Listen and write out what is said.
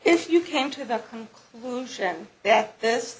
if you came to the conclusion that this